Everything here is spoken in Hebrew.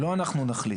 לא אנחנו נחליט,